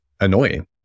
annoying